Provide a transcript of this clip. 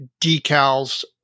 decals